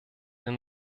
den